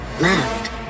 Left